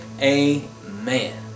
Amen